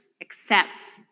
accepts